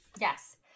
Yes